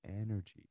energy